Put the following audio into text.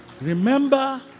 Remember